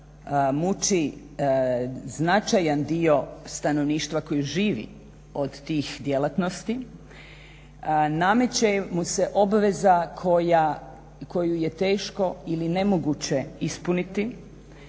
muči značajan dio stanovništva koji živi od tih djelatnosti, nameće mu se obveza koju je teško ili nemoguće ispuniti